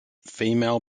female